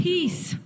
Peace